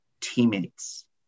teammates